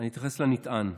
אני אתייחס לנטען.